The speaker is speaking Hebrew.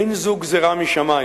אין זו גזירה משמים.